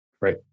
right